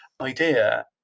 idea